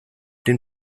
den